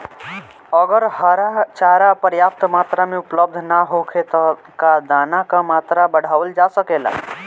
अगर हरा चारा पर्याप्त मात्रा में उपलब्ध ना होखे त का दाना क मात्रा बढ़ावल जा सकेला?